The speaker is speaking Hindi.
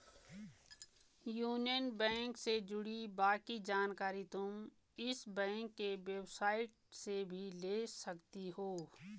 यूनियन बैंक से जुड़ी बाकी जानकारी तुम इस बैंक की वेबसाईट से भी ले सकती हो